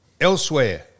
elsewhere